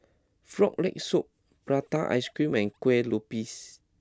Frog Leg Soup Prata Ice Cream and Kueh Lopes